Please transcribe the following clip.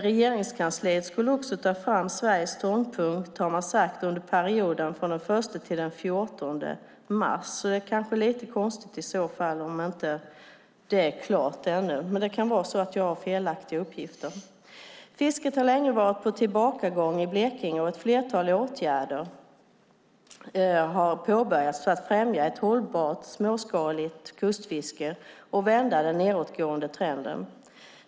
Regeringskansliet skulle också, har man sagt, under perioden från den 1 mars till den 14 mars ta fram Sveriges ståndpunkt. I så fall är det kanske lite konstigt om det ännu inte är klart. Dock kan det vara så att jag har felaktiga uppgifter. Fisket har länge varit på tillbakagång i Blekinge. Men ett arbete med ett flertal åtgärder har påbörjats för att främja ett hållbart småskaligt kustfiske och vända den nedåtgående trenden.